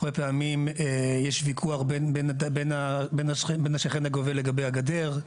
הרבה פעמים יש ויכוח בין השכן הגובל לגבי הגדר,